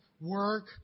work